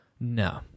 No